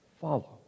follow